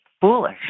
foolish